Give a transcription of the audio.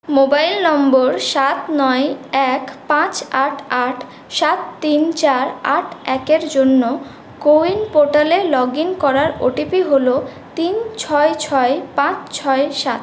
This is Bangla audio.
মোবাইল নম্বর সাত নয় এক পাঁচ আট আট সাত তিন চার আট একের জন্য কোউইন পোর্টালে লগ ইন করার ও টি পি হল তিন ছয় ছয় পাঁচ ছয় সাত